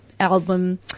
album